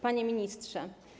Panie Ministrze!